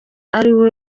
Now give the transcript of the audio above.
ariwe